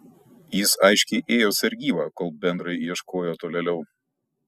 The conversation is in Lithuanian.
jis aiškiai ėjo sargybą kol bendrai ieškojo tolėliau